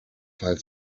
five